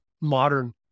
modern